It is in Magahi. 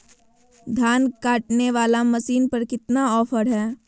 धान काटने वाला मसीन पर कितना ऑफर हाय?